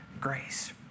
grace